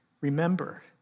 remember